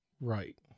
Right